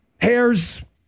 hairs